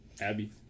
Abby